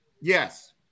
Yes